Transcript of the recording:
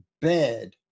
bad